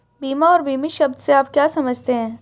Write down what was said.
बीमा और बीमित शब्द से आप क्या समझते हैं?